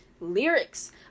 lyrics